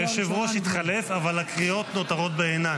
אדוני היושב-ראש, נורא קשה.